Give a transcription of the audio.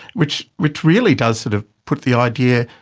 which which really does sort of put the idea.